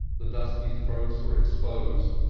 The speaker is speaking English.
the dusky throats were exposed,